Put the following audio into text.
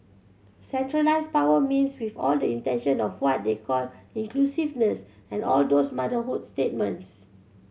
centralised power means with all the intention of what they call inclusiveness and all those motherhood statements